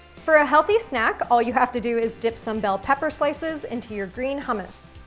for a healthy snack, all you have to do is dip some bell pepper slices into your green hummus.